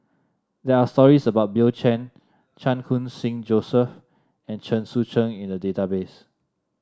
there are stories about Bill Chen Chan Khun Sing Joseph and Chen Sucheng in the database